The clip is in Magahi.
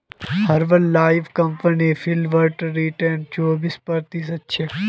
herbal life company Flipkart return चोबीस प्रतिशतछे